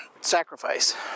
sacrifice